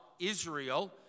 Israel